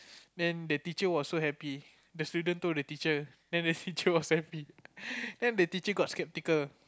then the teacher was so happy the student told the teacher then the teacher was so happy then the teacher got skeptical